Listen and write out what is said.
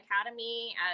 Academy